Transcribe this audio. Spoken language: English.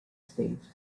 states